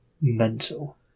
mental